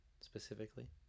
specifically